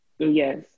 Yes